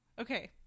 Okay